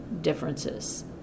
differences